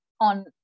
on